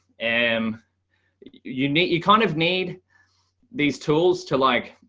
and you need you kind of need these tools to like,